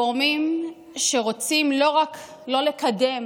גורמים שרוצים לא רק לא לקדם